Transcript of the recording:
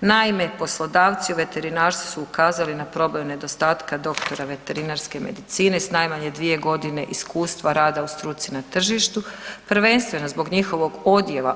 Naime, poslodavci u veterinarstvu su ukazali na problem nedostatka doktora veterinarske medicine s najmanje 2 godine iskustva rada u struci na tržištu, prvenstveno zbog njihovog